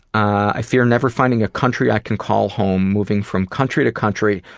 i fear never finding a country i can call home. moving from country to country,